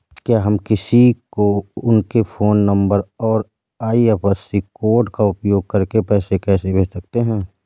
क्या हम किसी को उनके फोन नंबर और आई.एफ.एस.सी कोड का उपयोग करके पैसे कैसे भेज सकते हैं?